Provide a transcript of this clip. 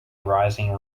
rising